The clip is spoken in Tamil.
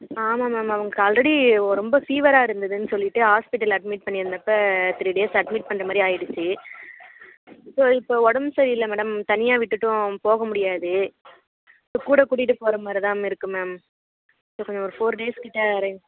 ஆமாம் மேம் அவங்களுக்கு ஆல்ரெடி ரொம்ப ஃபீவராக இருந்ததுன்னு சொல்லிவிட்டு ஹாஸ்பிட்டலில் அட்மிட் பண்ணிருந்தப்போ த்ரீ டேஸ் அட்மிட் பண்ணுற மாதிரி ஆகிடுச்சி ஸோ இப்போ உடம்பு சரியில்லை மேடம் தனியாக விட்டுவிட்டும் போக முடியாது கூட கூட்டிட்டு போகிற மாதிரி தான் இருக்குது மேம் கொஞ்சம் ஃபோர் டேஸ் கிட்டே அரேஞ்ச்